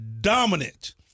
dominant